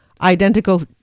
identical